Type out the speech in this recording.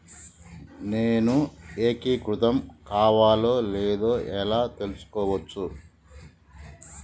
నేను ఏకీకృతం కావాలో లేదో ఎలా తెలుసుకోవచ్చు?